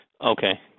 Okay